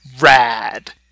Rad